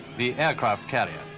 the aircraft carrier,